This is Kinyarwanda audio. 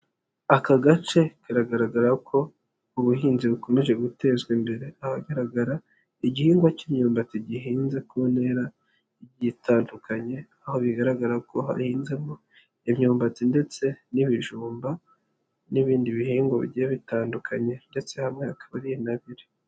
Aka gace kagaragara ko ubuhinzi bukomeje gutezwa imbere, haragaragara igihingwa cy'imyumbati gihinze ku ntera gitandukanye, aho bigaragara ko hahinzemo imyumbati ndetse n'ibijumba n'ibindi bihingwa bigiye bitandukanye ndetse hamwe hakaba ari intabire.